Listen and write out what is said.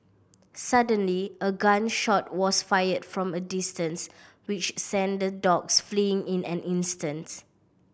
suddenly a gun shot was fired from a distance which sent the dogs fleeing in an instant